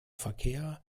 verkehr